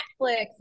Netflix